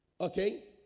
Okay